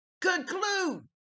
conclude